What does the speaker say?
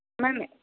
ma'am